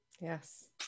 Yes